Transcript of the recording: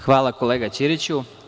Hvala, kolega Ćiriću.